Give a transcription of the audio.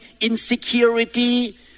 insecurity